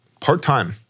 part-time